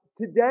today